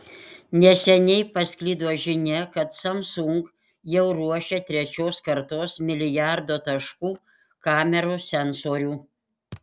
neseniai pasklido žinia kad samsung jau ruošia trečios kartos milijardo taškų kamerų sensorių